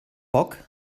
bock